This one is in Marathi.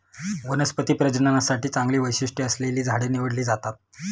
वनस्पती प्रजननासाठी चांगली वैशिष्ट्ये असलेली झाडे निवडली जातात